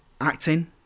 acting